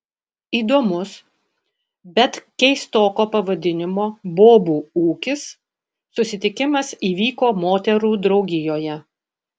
įdomus bet keistoko pavadinimo bobų ūkis susitikimas įvyko moterų draugijoje